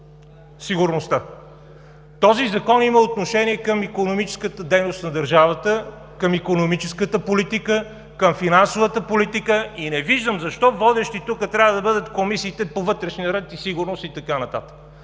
Този закон има отношение към икономическата дейност на държавата, към икономическата политика, към финансовата политика и не виждам защо водеща тук трябва да бъде Комисията по вътрешна сигурност, ред и така нататък.